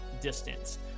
distance